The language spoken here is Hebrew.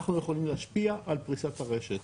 אנחנו יכולים להשפיע על פריסת הרשת.